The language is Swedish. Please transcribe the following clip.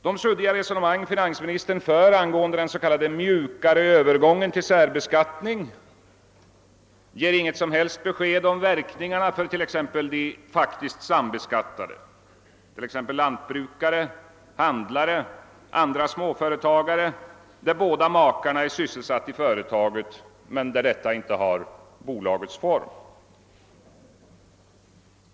De suddiga resonemang som finans ministern för om den s.k. mjukare övergången till särbeskattning ger inget som helst besked om verkningarna för de faktiskt sambeskattade, t.ex. lantbrukare, handlare och andra småföretagare, där båda makarna är sysselsatta i företaget men detta inte har bolagets form.